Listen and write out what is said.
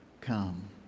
come